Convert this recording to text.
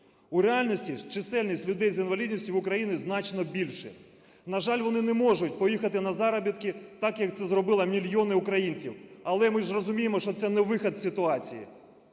У реальності чисельність людей з інвалідністю в Україні значно більша. На жаль, вони не можуть поїхати на заробітки так, як це зробили мільйони українців. Але ж ми розуміємо, що це не вихід із ситуації.